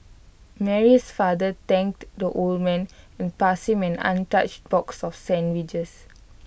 Mary's father thanked the old man and passed him an untouched box of sandwiches